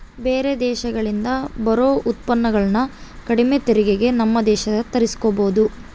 ಬೇರೆ ದೇಶಗಳಿಂದ ಬರೊ ಉತ್ಪನ್ನಗುಳನ್ನ ಕಡಿಮೆ ತೆರಿಗೆಗೆ ನಮ್ಮ ದೇಶಕ್ಕ ತರ್ಸಿಕಬೊದು